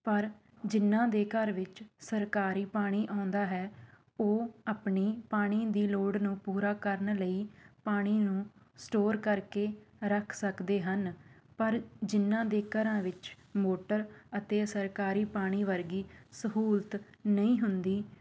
ਪਰ ਜਿੰਨਾਂ ਦੇ ਘਰ ਵਿੱਚ ਸਰਕਾਰੀ ਪਾਣੀ ਆਉਂਦਾ ਹੈ ਉਹ ਆਪਣੀ ਪਾਣੀ ਦੀ ਲੋੜ ਨੂੰ ਪੂਰਾ ਕਰਨ ਲਈ ਪਾਣੀ ਨੂੰ ਸਟੋਰ ਕਰਕੇ ਰੱਖ ਸਕਦੇ ਹਨ ਪਰ ਜਿੰਨਾਂ ਦੇ ਘਰਾਂ ਵਿੱਚ ਮੋਟਰ ਅਤੇ ਸਰਕਾਰੀ ਪਾਣੀ ਵਰਗੀ ਸਹੂਲਤ ਨਹੀਂ ਹੁੰਦੀ